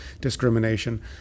discrimination